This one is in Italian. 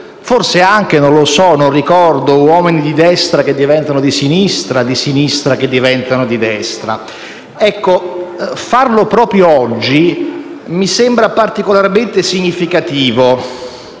forse anche (non ricordo) uomini di destra che diventano di sinistra e uomini di sinistra che diventano di destra. Farlo proprio oggi mi sembra particolarmente significativo.